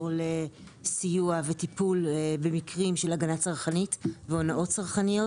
לסיוע וטיפול במקרים של הגנת צרכנית והונאות צרכניות.